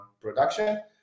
production